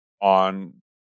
on